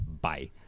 Bye